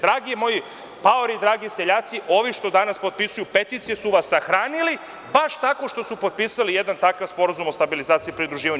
Dragi moji paori, dragi seljaci, ovi što danas potpisuju peticije su vas sahranili baš tako što su potpisali jedan takav Sporazum o stabilizaciji i pridruživanju.